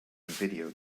video